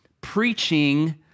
preaching